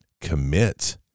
commit